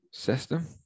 system